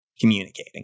communicating